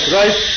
right